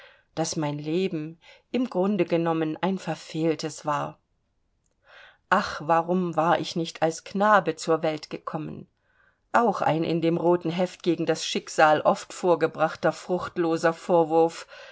daß mein leben im grunde genommen ein verfehltes war ach warum war ich nicht als knabe zur welt gekommen auch ein in den roten heften gegen das schicksal oft vorgebrachter fruchtloser vorwurf